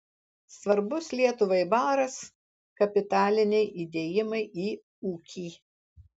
svarbus lietuvai baras kapitaliniai įdėjimai į ūkį